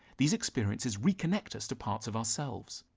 these experiences reconnect us to parts of ourselves.